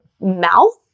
mouth